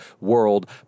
world